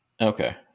Okay